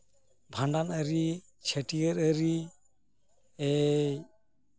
ᱵᱷᱟᱸᱰᱟᱱ ᱟᱹᱨᱤ ᱪᱷᱟᱹᱴᱭᱟᱹᱨ ᱟᱹᱨᱤ ᱮᱭ